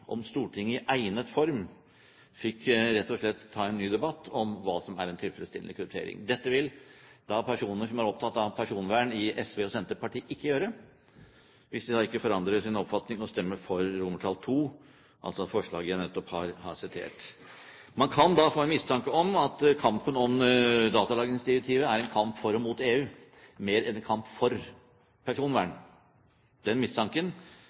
om Stortinget i egnet form rett og slett fikk ta en ny debatt om hva som er en tilfredsstillende kryptering. Dette vil personer som er opptatt av personvern i SV og Senterpartiet, ikke gjøre – hvis de da ikke forandrer sin oppfatning og stemmer for II, altså det forslaget til vedtak jeg nettopp har sitert. Man kan da få en mistanke om at kampen om datalagringsdirektivet er en kamp for og mot EU, mer enn en kamp for personvern. Den mistanken